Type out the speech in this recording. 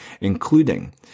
including